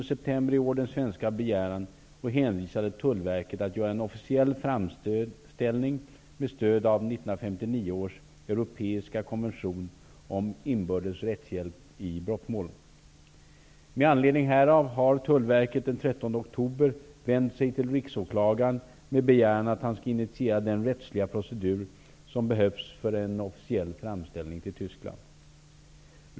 september i år den svenska begäran och hänvisade Tullverket att göra en officiell framställning med stöd av 1959 års europeiska konvention om inbördes rättshjälp i brottmål. Med anledning härav har Tullverket den 13 oktober vänt sig till riksåklagaren med begäran att han skall initiera den rättsliga procedur som behövs för en officiell framställning till Tyskland.